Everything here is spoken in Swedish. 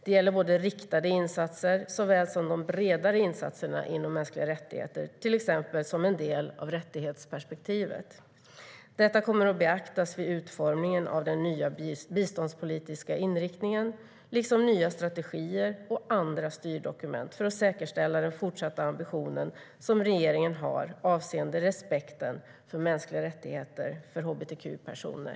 Det gäller såväl riktade insatser som de bredare insatserna inom mänskliga rättigheter, till exempel som en del av rättighetsperspektivet. Detta kommer att beaktas vid utformningen av den nya biståndspolitiska inriktningen, liksom av nya strategier och andra styrdokument, för att säkerställa den fortsatta ambition som regeringen har avseende respekten för mänskliga rättigheter för hbtq-personer.